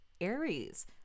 Aries